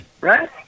right